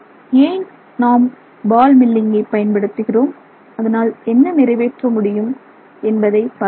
ஏன் நாம் பால் மில்லிங்கை பயன்படுத்துகிறோம் அதனால் என்ன நிறைவேற்ற முடியும் என்பதை பார்த்தோம்